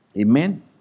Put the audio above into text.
Amen